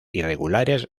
irregulares